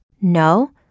No